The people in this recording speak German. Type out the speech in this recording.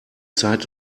zeit